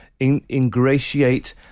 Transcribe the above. ingratiate